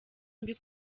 mbi